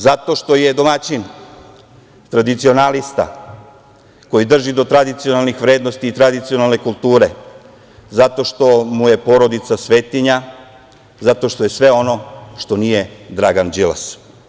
Zato što je domaćin, tradicionalista koji drži do tradicionalnih vrednosti i tradicionalne kulture, zato što mu je porodica svetinja, zato što je sve ono što nije Dragan Đilas.